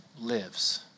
lives